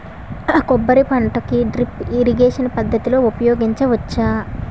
కొబ్బరి పంట కి డ్రిప్ ఇరిగేషన్ పద్ధతి ఉపయగించవచ్చా?